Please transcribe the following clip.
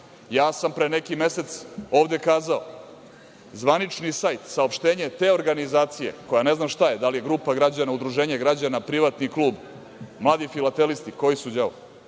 ja sam pre neki mesec ovde rekao – zvanični sajt, saopštenje te organizacije, koja ne znam šta je, da li je grupa građana, udruženje građana, privatni klub, mladi filatelisti, koji su đavo?